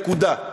נקודה.